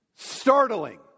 startling